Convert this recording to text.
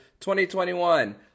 2021